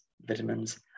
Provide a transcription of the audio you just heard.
vitamins